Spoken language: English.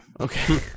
Okay